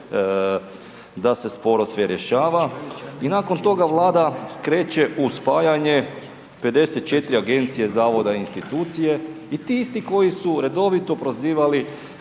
da se sporo sve rješava i nakon toga Vlada kreće u spajanje 54 agencije, zavoda i institucije i ti isti koji su redovito prozivali